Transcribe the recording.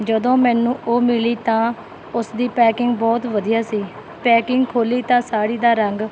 ਜਦੋਂ ਮੈਨੂੰ ਉਹ ਮਿਲੀ ਤਾਂ ਉਸਦੀ ਪੈਕਿੰਗ ਬਹੁਤ ਵਧੀਆ ਸੀ ਪੈਕਿੰਗ ਖੋਲ੍ਹੀ ਤਾਂ ਸਾੜੀ ਦਾ ਰੰਗ